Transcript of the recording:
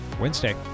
Wednesday